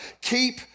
Keep